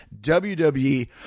WWE